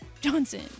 Johnson